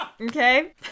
Okay